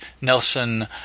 Nelson